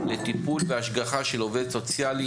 לטיפול והשגחה של עובד סוציאלי,